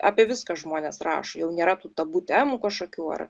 apie viską žmonės rašo jau nėra tų tabu temų kažkokių ar